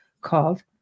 called